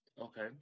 Okay